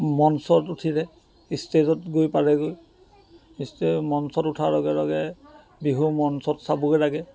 মঞ্চত উঠিলে ষ্টেজত গৈ পালেগৈ ষ্টেজ মঞ্চত উঠা লগে লগে বিহু মঞ্চত চাবগৈ লাগে